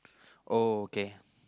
okay